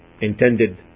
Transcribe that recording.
intended